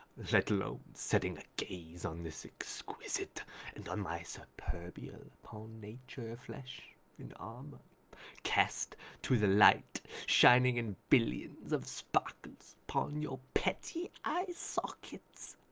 let alone setting a gaze on this exquisite and on my superbial upon nature flesh in armor cast to the light shining in billions of sparkles upon your petty eye sockets.